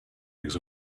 eggs